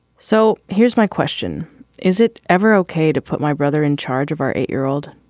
so here's my question is it ever ok to put my brother in charge of our eight year old?